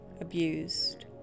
abused